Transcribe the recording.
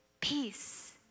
Peace